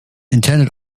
intended